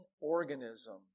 organism